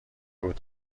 بود